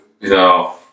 No